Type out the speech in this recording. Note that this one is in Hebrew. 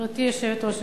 גברתי היושבת-ראש,